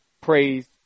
Praise